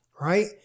Right